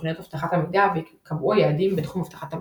תוכניות אבטחת המידע ויקבעו היעדים בתחום אבטחת המידע.